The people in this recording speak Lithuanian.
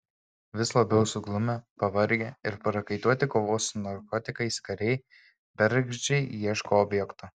vis labiau suglumę pavargę ir prakaituoti kovos su narkotikais kariai bergždžiai ieško objekto